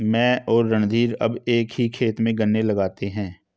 मैं और रणधीर अब एक ही खेत में गन्ने लगाते हैं